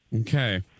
Okay